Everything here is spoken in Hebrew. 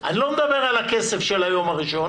אני לא מדבר על הכסף של היום הראשון